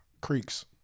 Creeks